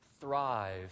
thrive